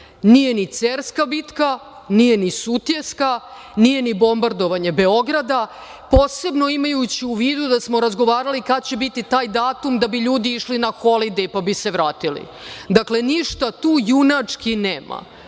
nije ni Cerska bitka, nije ni Sutjeska, nije ni bombardovanje Beograda, posebno imajući u vidu da smo razgovarali kada će biti taj datum da bi ljudi išli na „holidej“ pa bi se vratili. Dakle, ništa tu junački nema.